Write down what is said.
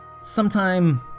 Sometime